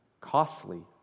costly